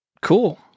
Cool